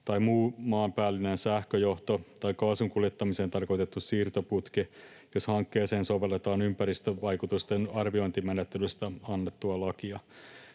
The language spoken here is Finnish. tai muu maanpäällinen sähköjohto tai kaasun kuljettamiseen tarkoitettu siirtoputki, jos hankkeeseen sovelletaan ympäristövaikutusten arviointimenettelystä annettua lakia.